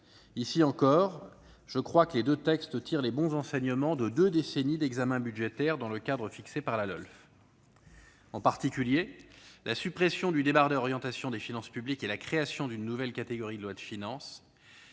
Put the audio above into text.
Là encore, je crois que ces textes tirent les bons enseignements de deux décennies d'examen des textes budgétaires dans le cadre fixé par la LOLF. En particulier, la suppression du débat d'orientation des finances publiques et la création d'une nouvelle catégorie de lois de finances